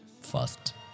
first